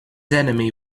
enemy